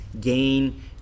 gain